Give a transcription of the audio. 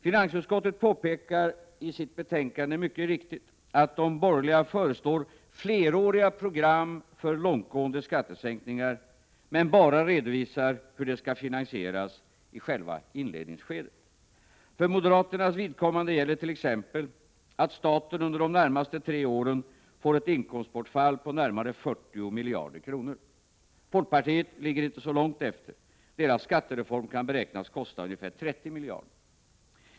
Finansutskottet påpekar i sitt betänkande mycket riktigt att de borgerliga föreslår fleråriga program för långtgående skattesänkningar — utan att redovisa hur dessa skall finansieras annat än i själva inledningsskedet. För moderaternas vidkommande gäller t.ex. att staten under de närmaste tre åren får ett inkomstbortfall på närmare 40 miljarder kronor. Folkpartiet ligger inte så långt efter. Deras skattereform kan beräknas kosta ca 30 miljarder.